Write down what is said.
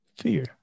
fear